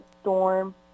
storm